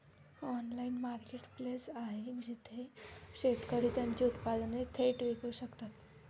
Online marketplace आहे जिथे शेतकरी त्यांची उत्पादने थेट विकू शकतात?